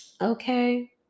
Okay